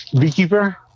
beekeeper